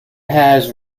has